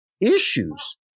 issues